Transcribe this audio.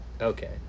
Okay